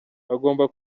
agomba